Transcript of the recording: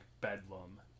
Bedlam